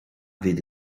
fydd